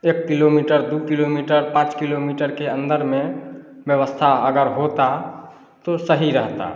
एक किलोमीटर दो किलोमीटर पाँच किलोमीटर के अन्दर में व्यवस्था अगर होती तो सही रहता